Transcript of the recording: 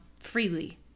Freely